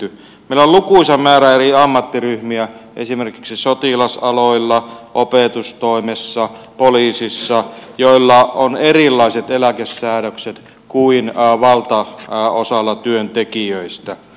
meillä on lukuisa määrä eri ammattiryhmiä esimerkiksi sotilasaloilla opetustoimessa poliisissa joilla on erilaiset eläkesäädökset kuin valtaosalla työntekijöistä